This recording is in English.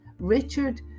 Richard